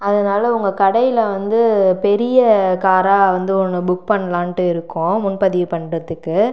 அதனாலே உங்கள் கடையில் வந்து பெரிய காராக வந்து ஒன்று புக் பண்ணலாண்ணுட்டு இருக்கோம் முன்பதிவு பண்ணுறதுக்கு